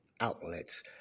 outlets